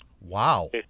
Wow